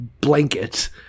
blanket